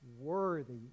worthy